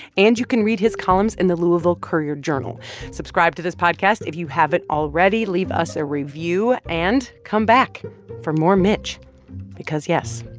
and you can read his columns in the louisville courier-journal subscribe to this podcast if you haven't already. leave us a review and come back for more mitch because yes,